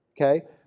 okay